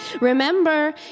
Remember